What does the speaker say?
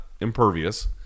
impervious